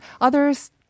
Others